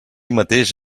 mateix